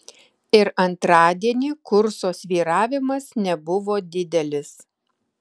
ir antradienį kurso svyravimas nebuvo didelis